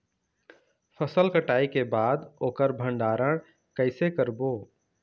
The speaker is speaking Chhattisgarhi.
फसल कटाई के बाद ओकर भंडारण कइसे करबो?